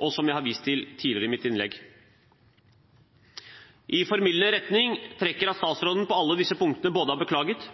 og som jeg har vist til tidligere i mitt innlegg. I formildende retning trekker at statsråden på alle disse punktene både har beklaget